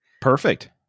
Perfect